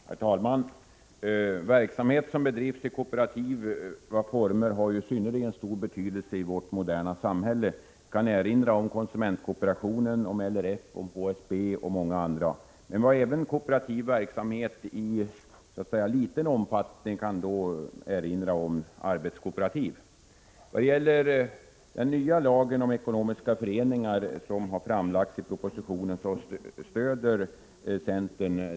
Herr talman! Verksamhet som bedrivs i kooperativa former har synnerligen stor betydelse i vårt moderna samhälle. Jag kan erinra om konsumentkooperationen, LRF, HSB och många andra. Men vi har även kooperativ verksamhet i liten omfattning, och här kan jag erinra om arbetskooperativ. Den nya lag om ekonomiska föreningar som har framlagts i propositionen stöds av centern.